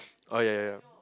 oh yea yea